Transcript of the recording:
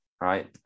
right